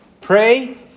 Pray